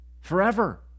forever